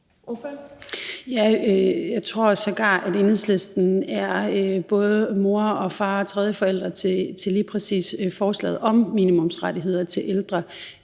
Jeg tror sågar, at Enhedslisten er både mor og far og tredje forældre til lige præcis forslaget om minimumsrettigheder til ældre.